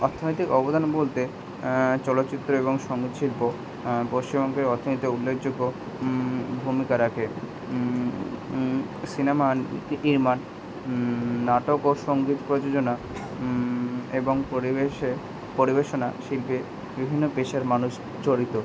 অর্থনৈতিক অবদান বলতে চলচ্চিত্র এবং সঙ্গীত শিল্প পশ্চিমবঙ্গের অর্থনীতিতে উল্লেখযোগ্য ভূমিকা রাখে সিনেমা এর মান নাটক ও সঙ্গীত প্রযোজনা এবং পরিবেশে পরিবেশনা শিল্পে বিভিন্ন পেশার মানুষ জড়িত